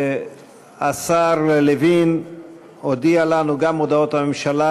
השר לוין הודיע לנו גם הודעות הממשלה,